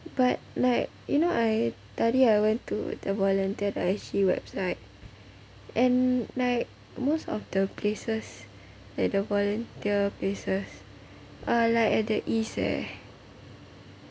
but like you know I tadi I went to the volunteer dot S_G website and like most of the places like the volunteer places are like at the east eh